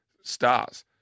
Stars